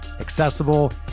accessible